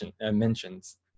mentions